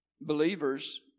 believers